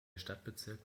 stadtbezirk